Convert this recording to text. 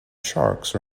sharks